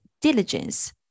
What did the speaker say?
diligence